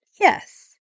yes